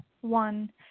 One